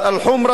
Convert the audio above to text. אל-חומרה,